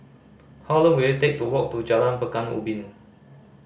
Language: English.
how long will it take to walk to Jalan Pekan Ubin